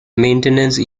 maintenance